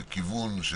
כיוון,